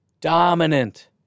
Dominant